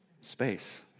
space